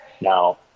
Now